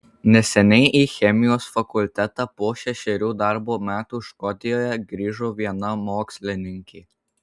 neseniai į chemijos fakultetą po šešerių darbo metų škotijoje grįžo viena mokslininkė